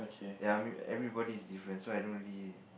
ya everybody is different so I don't really